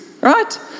right